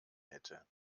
hätte